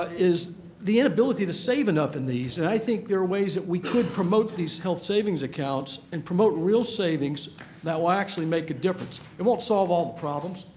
is the inability to save enough in these. and i think there are ways that we could promote these health savings accounts and promote real savings that will actually make a difference. it won't solve all the problems,